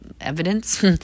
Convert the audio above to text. evidence